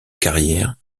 carrières